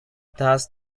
does